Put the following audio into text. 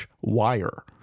wire